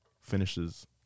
finishes